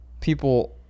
people